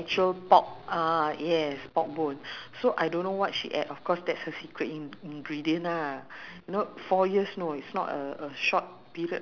chicken bone and prawn pun ada juga lah but the basic one is the chicken chicken bones but uh I don't know how to tell you the difference in taste lah